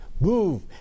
move